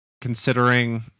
Considering